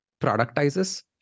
productizes